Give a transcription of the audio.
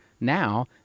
now